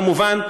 כמובן,